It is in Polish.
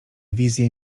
wizje